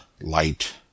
light